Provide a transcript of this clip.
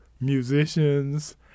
musicians